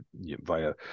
via